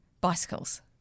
Bicycles